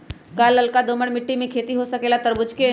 का लालका दोमर मिट्टी में खेती हो सकेला तरबूज के?